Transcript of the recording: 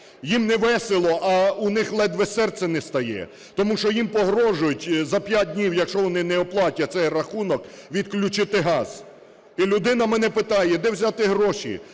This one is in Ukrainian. Їм невесело, у них ледве серце нестає. Тому що їм погрожують, за 5 днів, якщо вони не оплатять цей рахунок, відключити газ. І людина мене питає: де взяти гроші,